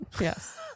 Yes